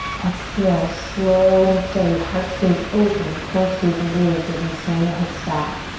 exhale, slow and steady. heart stays open, core stays engaged as you send the hips back.